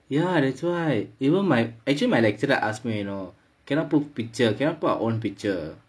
ya that's why even my actually my lecturer asked me you know cannot put picture cannot put our own picture